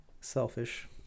selfish